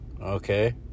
Okay